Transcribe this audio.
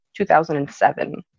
2007